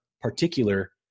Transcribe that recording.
particular